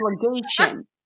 obligation